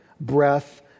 breath